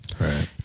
right